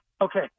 Okay